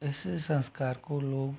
इस संस्कार को लोग